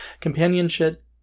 companionship